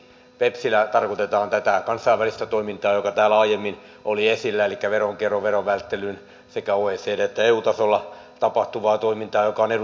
bepsillä tarkoitetaan tätä kansainvälistä toimintaa joka täällä aiemmin oli esillä elikkä veronkiertoa verovälttelyä sekä oecdn että eu tasolla tapahtuvaa toimintaa joka on eduskunnan käsittelyssä